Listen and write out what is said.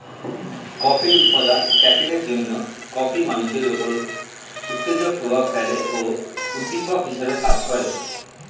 কফির উপাদান ক্যাফিনের জন্যে কফি মানুষের উপর উত্তেজক প্রভাব ফেলে ও উদ্দীপক হিসেবে কাজ করে